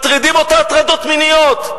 מטרידים אותה הטרדות מיניות.